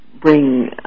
bring